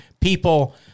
people